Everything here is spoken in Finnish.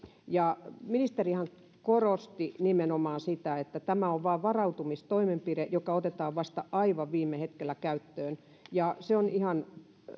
ja ministerihän korosti nimenomaan sitä että tämä on vain varautumistoimenpide joka otetaan vasta aivan viime hetkellä käyttöön se on ihan